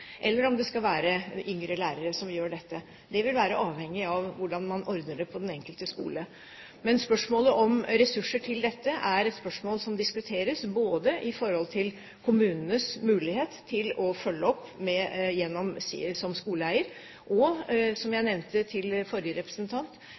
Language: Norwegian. eller om det skal være yngre lærere som gjør dette. Det vil være avhengig av hvordan man ordner det på den enkelte skole. Men spørsmålet om ressurser til dette er et spørsmål som diskuteres både i forhold til kommunenes mulighet til å følge opp som skoleeier og, som jeg